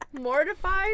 mortified